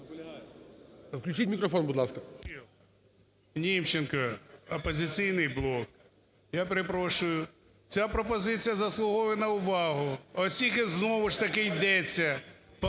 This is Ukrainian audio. Німченко, "Опозиційний блок". Я перепрошую, ця пропозиція заслуговує на увагу, оскільки знову ж таки йдеться: повернення